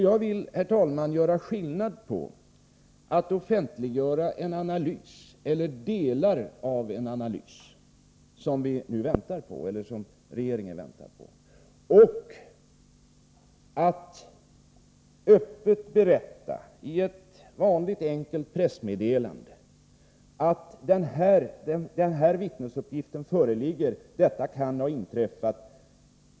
Jag vill, herr talman, göra skillnad på att offentliggöra en analys eller delar av en analys som regeringen väntar på och att öppet berätta i ett vanligt enkelt pressmeddelande att den här vittnesuppgiften föreligger och att vad vittnet berättat kan ha inträffat.